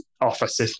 office